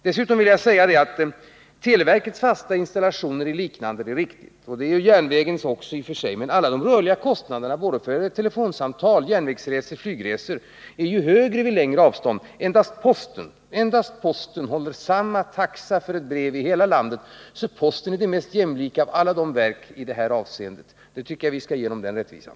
Dessutom vill jag säga att det är riktigt att televerkets fasta installationer är någonting liknande, och järnvägens också i och för sig, men alla de rörliga kostnaderna för telefonsamtal, järnvägsresor och flygresor är ju högre vid längre avstånd. Det är endast posten som håller samma taxa för brev i hela landet. Posten är således det mest jämlika av alla verken i det avseendet — det erkännandet tycker jag vi skall ge posten.